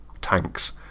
tanks